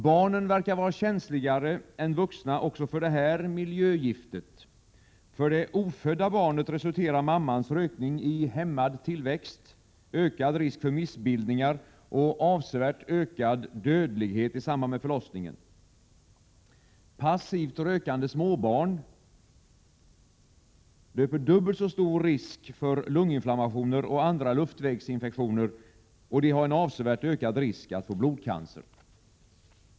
Barnen verkar vara känsligare än vuxna för det här miljögiftet. För det ofödda barnet resulterar mammans rökning i hämmad tillväxt, ökad risk för missbildningar och avsevärt ökad dödlighet i samband med förlossningen. Passivt rökande småbarn löper dubbelt så stor risk för lunginflammationer och andra luftvägsinfektioner, och de har en avsevärt ökad risk att få blodcancer.